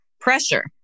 pressure